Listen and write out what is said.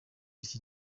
iki